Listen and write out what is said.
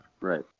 right